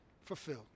fulfilled